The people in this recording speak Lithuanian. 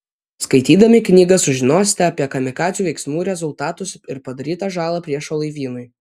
skaitydami knygą sužinosite apie kamikadzių veiksmų rezultatus ir padarytą žalą priešo laivynui